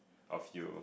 of you